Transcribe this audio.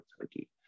Turkey